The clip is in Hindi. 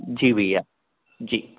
जे भैया जी